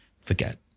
forget